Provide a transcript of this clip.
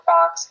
Fox